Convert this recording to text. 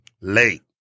late